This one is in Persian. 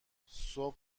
صبح